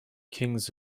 kings